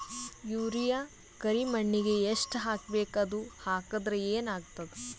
Urea ಕರಿಮಣ್ಣಿಗೆ ಎಷ್ಟ್ ಹಾಕ್ಬೇಕ್, ಅದು ಹಾಕದ್ರ ಏನ್ ಆಗ್ತಾದ?